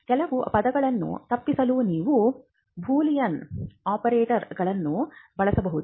ಕೆಲವು ಪದಗಳನ್ನು ತಪ್ಪಿಸಲು ನೀವು ಬೂಲಿಯನ್ ಆಪರೇಟರ್ ಗಳನ್ನು ಬಳಸಬಹುದು